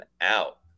out